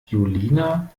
julina